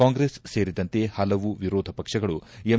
ಕಾಂಗ್ರೆಸ್ ಸೇರಿದಂತೆ ಹಲವು ವಿರೋಧ ಪಕ್ಷಗಳು ಎಂ